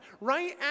Right